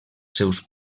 seus